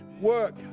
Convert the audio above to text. work